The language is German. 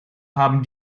haben